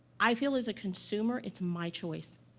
i feel, as a consumer, it's my choice.